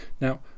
Now